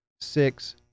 six